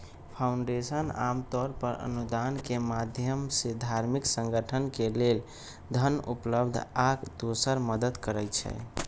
foundation आमतौर पर अनुदान के माधयम से धार्मिक संगठन के लेल धन उपलब्ध आ दोसर मदद करई छई